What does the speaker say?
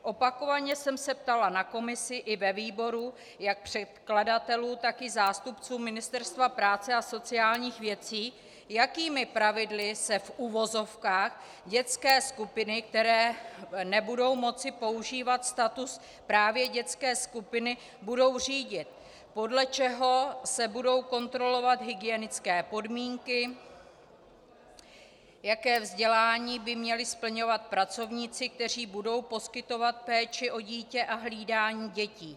Opakovaně jsem se ptala na komisi i ve výboru jak předkladatelů, tak i zástupců Ministerstva práce a sociálních věcí, jakými pravidly se, v uvozovkách, dětské skupiny, které nebudou moci používat status právě dětské skupiny, budou řídit, podle čeho se budou kontrolovat hygienické podmínky, jaké vzdělání by měli splňovat pracovníci, kteří budou poskytovat péči o dítě a hlídání dětí.